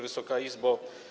Wysoka Izbo!